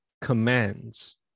commands